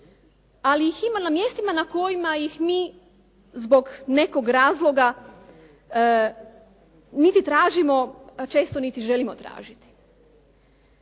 ali ih ima na mjestima na kojima ih mi, zbog nekog razloga niti tražimo često niti želimo tražiti.